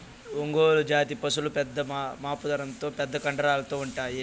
ఒంగోలు జాతి పసులు పెద్ద మూపురంతో పెద్ద కండరాలతో ఉంటాయి